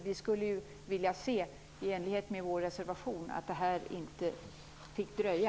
Vi skulle, i enlighet med vår reservation, vilja se att det här inte fick dröja.